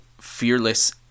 fearless